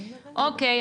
אוקיי,